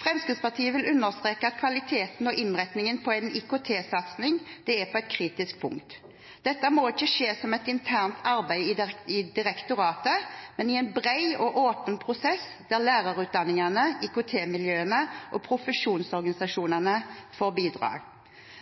Fremskrittspartiet vil understreke at kvaliteten og innretningen på en IKT-satsing er et kritisk punkt. Dette må ikke skje som et internt arbeid i direktoratet, men i en bred og åpen prosess der lærerutdanningene, IKT-miljøene og profesjonsorganisasjonene får bidra.